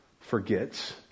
forgets